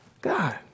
God